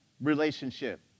relationship